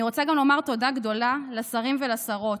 אני רוצה גם לומר תודה גדולה לשרים ולשרות,